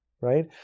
right